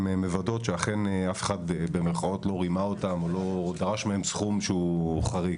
מוודאות שאף אחד לא ״רימה״ אותן או לא דרש מהן סכום שהוא חריג.